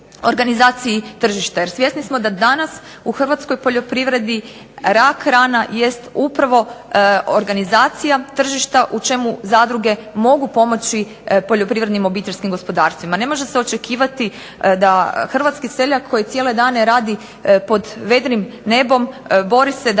hrvatskoj poljoprivredi rak rana jest upravo organizacija tržišta u čemu zadruge mogu pomoći poljoprivrednim obiteljskim gospodarstvima. Ne može se očekivati da hrvatski seljak koji cijele dane radi pod vedrim nebom bori se da obradi tu